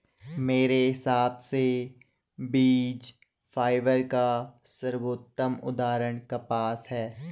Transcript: मेरे हिसाब से बीज फाइबर का सर्वोत्तम उदाहरण कपास है